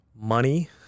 money